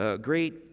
great